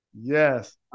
Yes